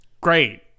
great